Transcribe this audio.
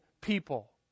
people